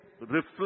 reflect